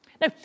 Now